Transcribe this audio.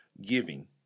giving